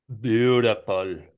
Beautiful